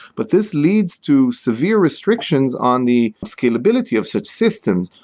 but this leads to severe restrictions on the scalability of such systems.